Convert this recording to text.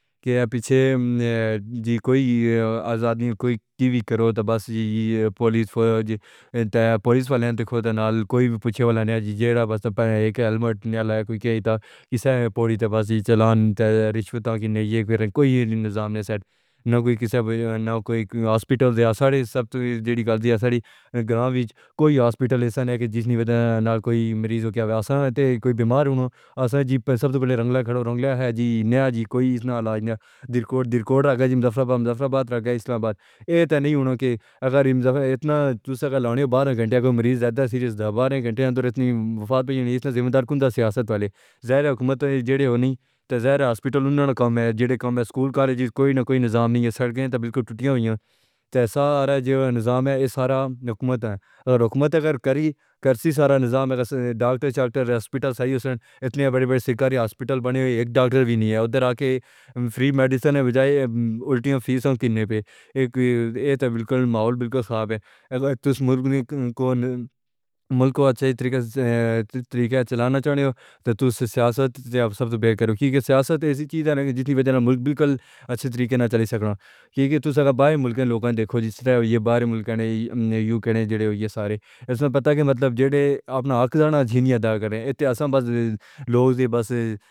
کہ پچھے جی کوئی آزادی کوئی کیا بھی کرو تو بس یہ پولیس و پولیس والے نال کوئی بھی پوچھے والا نہیں ہے جی۔ جیرا ایک ہیلمٹ نہ لایا کوئی کہے تاکسی سے پڑی تاوس کی چالان رشوتوں کی نہیں کہہ رہے کوئی نظام نہ سیٹ ہے، نا کوئی کسے نہ کوئی ہاسپٹل ساڑھے سب جیڑی گالری گاؤں میں کوئی ہاسپٹل نہیں ہے کہ جس نے نال کوئی مریض ہو گیا۔ اسے کوئی بیمار ہو تو سب سے پہلے رنگلا کھڑا ہے جی نیا جی، کوئی علاج نہیں۔ دیرکوٹ درکوٹ رکھا جی مظفرآباد، مظفرآباد اسلام آباد تے نہیں کہ اگر اتنا چوسا لانی ہو بارہ گھنٹے کو مریض زیادہ سیریز بارہ گھنٹے میں تو اتنی وفات پہنچ گئی ہے جب تک سیاست والے زہرا حکومت سے ہونہیں تازہرے ہاسپٹل انہاں کام ہے۔ جو کم ہے، اسکول کالج کوئی نہ کوئی نظام نہیں ہے، سڑکیں تو بالکل ٹوٹی ہوئی ہیں تے ایسا آرہا ہے کہ جو نظام ہے یہ سارا حکومت ہے اور حکومت اگر کریں کرتی ہے سارا نظام ہے ڈاکٹرز کا ہو، اسپتال صحیح ہیں، اتنے بڑے بڑے سرکاری ہاسپٹل بنے ہوئے ہیں، ایک ڈاکٹر بھی نہیں ہے۔ ادھر آ کے فری میڈیسن ہے بجائے الٹیوں فیس ہے کینے پہ ایک یہ تے بالکل ماحول بالکل ہے وہ ملک کو اچھے طریقے سے چلانا چاہو گے تو سیاست تے آپ سب بے قرب کی سیاست ایسی چیز ہے جس کی وجہ سے ملک بالکل اچھے طریقے سے نہ چل سکنا ہے کیونکہ توسے باہر ملک کے لوگوں کو دیکھو جس طرح باہر ملک نے یو کے نے جڑے ہوئے ہیں، سارے اس میں پتا ہے کہ مطلب اپنا حق ہے جنیت داغ رہے ہیں۔